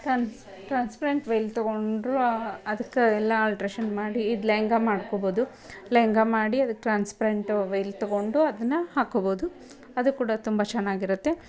ಟ್ರಾನ್ಸ್ transparent veil ತಗೊಂಡರೂ ಅದಕ್ಕೆ ಎಲ್ಲ ಆಲ್ಟ್ರೇಷನ್ ಮಾಡಿ ಇದು ಲೆಹಂಗಾ ಮಾಡ್ಕೊಬೋದು ಲೆಹಂಗಾ ಮಾಡಿ ಅದಕ್ಕೆ ಟ್ರಾನ್ಸ್ಪ್ರೆಂಟು ವೇಲ್ ತಗೊಂಡು ಅದನ್ನು ಹಾಕ್ಕೊಬೋದು ಅದು ಕೂಡ ತುಂಬ ಚೆನ್ನಾಗಿರುತ್ತೆ